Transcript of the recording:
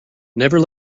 never